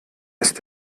ist